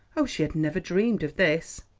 oh, she had never dreamed of this!